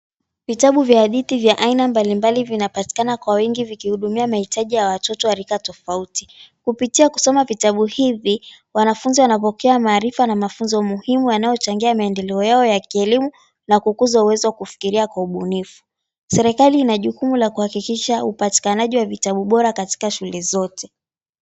Vitabu vya hadithi vya aina mbalimbali vinapatikana kwa wingi vikihudumia mahitaji ya watoto wa rika tofauti. Kupitia kusoma vitabu hivi wanafunzi wanapokea maarifa na mafunzo muhimu yanayochangia maendeleo yao ya kielimu na kukuza uwezo wa kufikiria kwa ubunifu. Serikali ina jukumu la kuhakikisha upatikanaji wa vitabu bora katika shule zote.